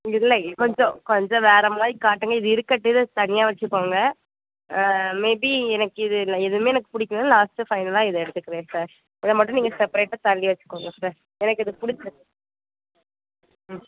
இல்லை கொஞ்சம் கொஞ்சம் வேற மாதிரி காட்டுங்கள் இது இருக்கட்டும் இத தனியாக வச்சிக்கோங்க மேபி எனக்கு இதில் எதுவுமே எனக்கு பிடிக்கலன்னா லாஸ்ட் ஃபைனலாக இதை எடுத்துக்கிறேன் சார் இதை மட்டும் நீங்கள் செப்ரேட்டாக தள்ளி வச்சிக்கோங்க சார் எனக்கு இது பிடிச்சிருக்குது ம்